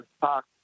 talk